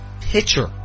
pitcher